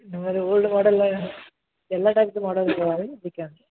ನಮ್ಮಲ್ಲಿ ಓಲ್ಡ್ ಮಾಡೆಲ್ಲ ಎಲ್ಲ ಟೈಪ್ದು ಮಾಡಲ್ ಇದಾವೆ ರೀ ಅದಕ್ಕೆ